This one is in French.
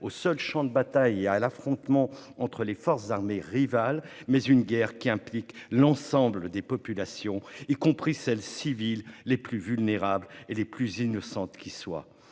aux seuls champs de bataille et à l'affrontement entre forces armées rivales, mais une guerre qui implique l'ensemble des populations, y compris les civils les plus vulnérables et les plus innocents qui soient.